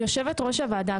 יושבת ראש הוועדה,